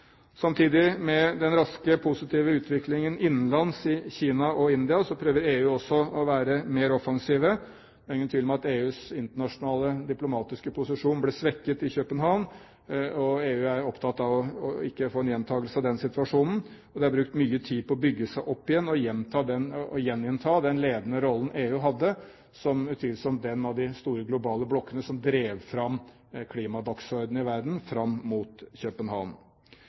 Samtidig med den raske, positive utviklingen innenlands i Kina og India prøver EU også å være mer offensiv. Det er ingen tvil om at EUs internasjonale, diplomatiske posisjon ble svekket i København, og EU er opptatt av ikke å få en gjentakelse av den situasjonen. De har brukt mye tid på å bygge seg opp igjen og gjeninnta den ledende rollen EU hadde, som utvilsomt den av de store globale blokkene som drev fram klimadagsordenen i verden fram mot København.